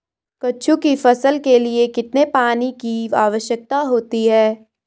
कद्दू की फसल के लिए कितने पानी की आवश्यकता होती है?